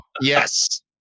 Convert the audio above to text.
Yes